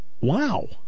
Wow